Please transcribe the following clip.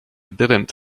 didn’t